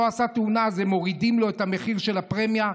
עשה תאונה מורידים לו את מחיר הפרמיה,